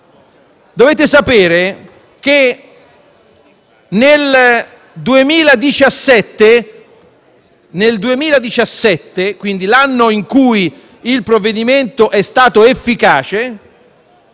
Dovete sapere che nel 2017, quindi l'anno in cui il provvedimento è stato efficace,